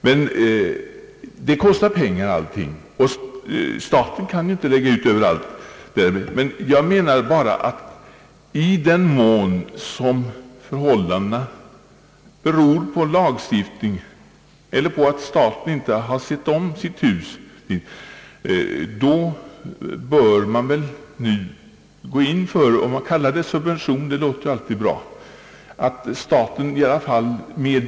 Allting kostar pengar, och staten kan ju inte bara lägga ut överallt. I den mån förhållandena beror på lagstiftningen eller på att staten inte har sett om sitt hus bör det väl ändå vara möjligt att med bidrag rätta till förhållandena.